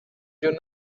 you